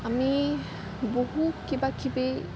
আমি বহু কিবা কিবি